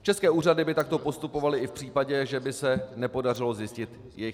České úřady by takto postupovaly i v případě, že by se nepodařilo zjistit jejich identitu.